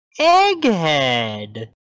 Egghead